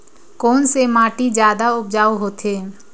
कोन से माटी जादा उपजाऊ होथे?